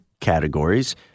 categories